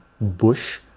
bush